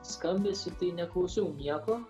skambesį tai neklausiau nieko